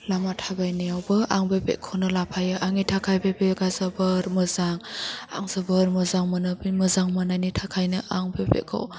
लामा थाबायनायावबो आं बे बेगखौनो लाफायो आंनि थाखाय बे बेगा जोबोर मोजां आं जोबोर मोजां मोनो बे मोजां मोन्नायनि थाखायनो आं बे बेगखौ